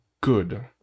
good